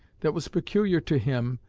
that was peculiar to him,